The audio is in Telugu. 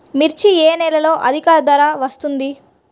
మిర్చి ఏ నెలలో అధిక ధర వస్తుంది?